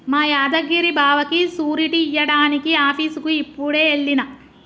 మా యాదగిరి బావకి సూరిటీ ఇయ్యడానికి ఆఫీసుకి యిప్పుడే ఎల్లిన